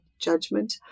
judgment